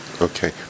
Okay